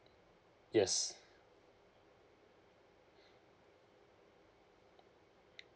yes